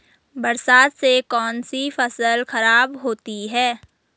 बरसात से कौन सी फसल खराब होती है?